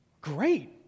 great